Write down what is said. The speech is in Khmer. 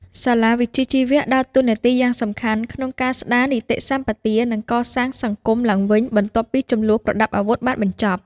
សាលាវិជ្ជាជីវៈដើរតួនាទីយ៉ាងសំខាន់ក្នុងការស្តារនីតិសម្បទា និងកសាងសង្គមឡើងវិញបន្ទាប់ពីជម្លោះប្រដាប់អាវុធបានបញ្ចប់។